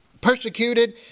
persecuted